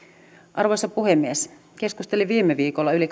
arvoisa puhemies keskustelin viime viikolla sotaveteraanin yli